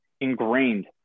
ingrained